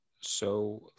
So-